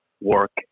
work